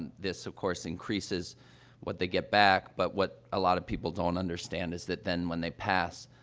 and this, of course, increases what they get back, but what a lot of people don't understand is that then, when they pass,